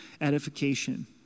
edification